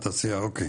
תעשייה, אוקי.